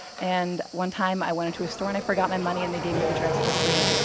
and one time i went into a store and i forgot my money and they gave me the dress for free.